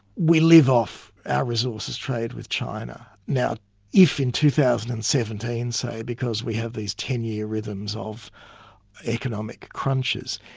we live off our resources trade with china. now if in two thousand and seventeen, say, because we have these ten year rhythms of economic crunches,